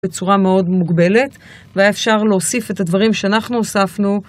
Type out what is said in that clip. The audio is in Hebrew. בצורה מאוד מוגבלת והיה אפשר להוסיף את הדברים שאנחנו הוספנו